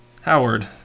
Howard